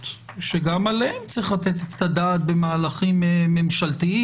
שגם עליהם צריך לתת את הדעת במהלכים ממשלתיים.